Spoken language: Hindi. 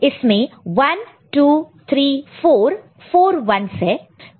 तो इसमें 1234 1's है